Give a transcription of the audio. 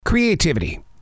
Creativity